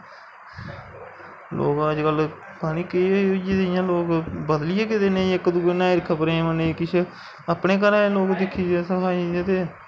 लोग अजकल्ल पता निं केह् होई गेदा अजकल्ल बदली गै गेदे नेईं इक दुए कन्नै खबरै औंना नेईं किश अपने घरा दे लोग दिक्खो इ'यां ते